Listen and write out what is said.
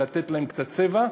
לתת להם קצת צבע.